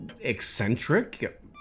eccentric